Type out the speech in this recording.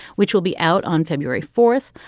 which will be out on february fourth,